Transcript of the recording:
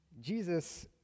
Jesus